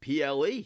ple